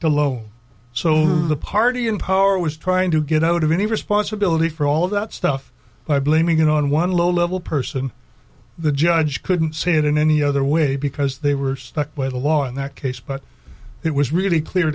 alone so the party in power was trying to get out of any responsibility for all of that stuff by blaming it on one low level person the judge couldn't see it in any other way because they were stuck with the law in that case but it was really clear